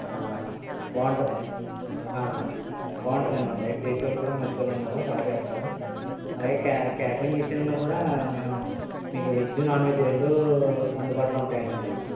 బాగుంటాదండి బాగుంటుందండి మన దగ్గర చేసేవాళ్ళు కూడా మంచోళ్ళు ఉన్నారు బాగా చేస్తారు అలాగే క్యా క్యాటరింగ్ విషయంలో కూడా మేము మీకు వెజ్ నాన్ వెజ్ రెండు అందుబాటులో ఉంటాయండి మా దగ్గర